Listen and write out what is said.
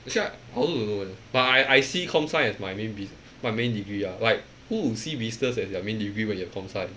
actually I I also don't know eh but I I see com science as my main busi~ my main degree ah like who would see business as their main degree when you're com science